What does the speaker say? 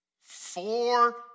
four